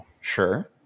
Sure